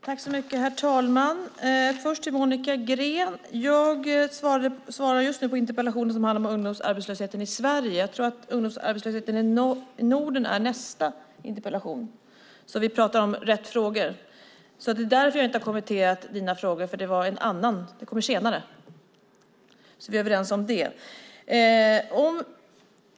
Herr talman! Först vill jag säga till Monica Green att jag just nu svarar på interpellationen som handlar om ungdomsarbetslösheten i Sverige. Jag tror att arbetslösheten i Norden är nästa interpellation. Jag säger detta så att vi pratar om rätt frågor. Det är alltså därför jag inte har kommenterat Monica Greens frågor. Det kommer senare, så är vi överens om det.